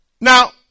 Now